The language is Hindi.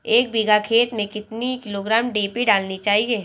एक बीघा खेत में कितनी किलोग्राम डी.ए.पी डालनी चाहिए?